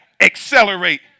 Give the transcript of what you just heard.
accelerate